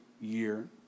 year